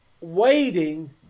waiting